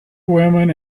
women